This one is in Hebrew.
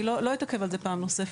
אני לא אתעכב על זה פעם נוספת,